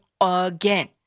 again